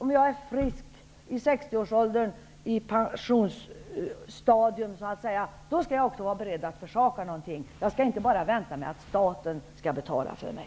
Om jag är frisk vid 60 års ålder, är pensionsmässig och vill gå ner, då skall jag också vara beredd att försaka någonting. Jag skall inte bara vänta att staten skall betala för mig.